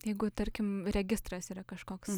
jeigu tarkim registras yra kažkoks